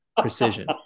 precision